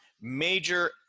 major